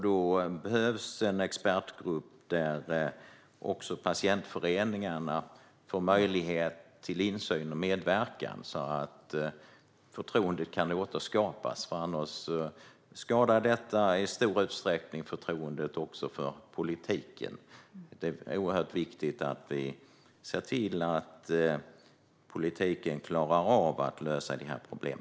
Då behövs en expertgrupp där också patientföreningarna får möjlighet till insyn och medverkan så att förtroendet kan återskapas. Annars skadar detta i stor utsträckning förtroendet också för politiken. Det är därför mycket viktigt att politiken klarar av att lösa dessa problem.